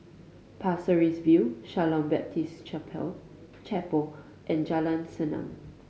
Pasir Ris View Shalom Baptist Chapel and Jalan Senang